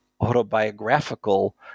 autobiographical